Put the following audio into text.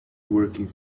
working